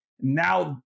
Now